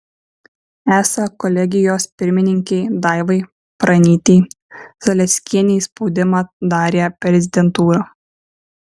esą kolegijos pirmininkei daivai pranytei zalieckienei spaudimą darė prezidentūra